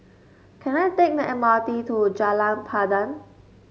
can I take the M R T to Jalan Pandan